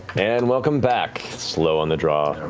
and welcome back, slow on the draw,